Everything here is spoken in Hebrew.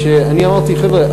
אני אמרתי: חבר'ה,